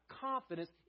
confidence